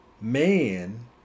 man